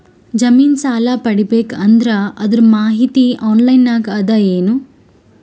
ಜಮಿನ ಸಾಲಾ ಪಡಿಬೇಕು ಅಂದ್ರ ಅದರ ಮಾಹಿತಿ ಆನ್ಲೈನ್ ನಾಗ ಅದ ಏನು?